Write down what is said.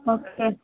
okay